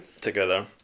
together